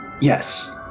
Yes